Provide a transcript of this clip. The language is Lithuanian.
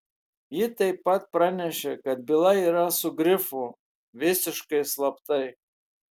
ji taip pat pranešė kad byla yra su grifu visiškai slaptai